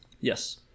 Yes